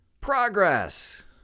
Progress